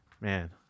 man